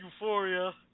Euphoria